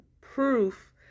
proof